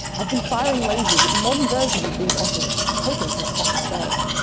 i've been firing lasers at modern versions of these otoliths taken from across australia.